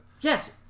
Yes